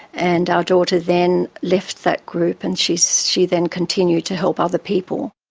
and our daughter then left that group and she so she then continued to help other people.